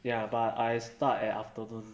ya but I start at afternoon